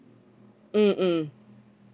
mm mm